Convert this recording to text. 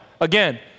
again